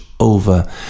Over